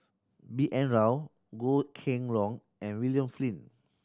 B N Rao Goh Kheng Long and William Flint